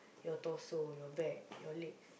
your torso your back your legs